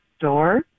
door